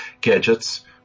gadgets